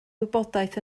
wybodaeth